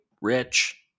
rich